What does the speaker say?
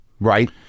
right